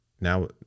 Now